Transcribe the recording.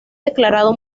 declarado